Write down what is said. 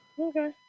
Okay